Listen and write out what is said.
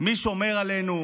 מי שומר עלינו?